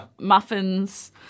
muffins